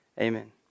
amen